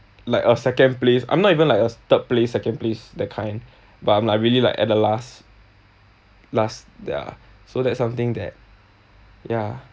like a second place I'm not even like a third place second place that kind but I'm like really like at the last last yeah so that's something that ya